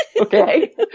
Okay